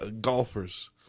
golfers